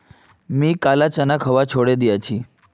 मी काला चना खवा छोड़े दिया छी